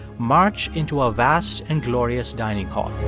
march into a vast and glorious dining hall.